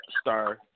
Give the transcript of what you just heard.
star